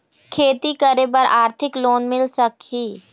खेती करे बर आरथिक लोन मिल सकही?